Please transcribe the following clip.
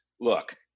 look